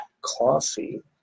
coffee